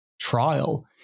trial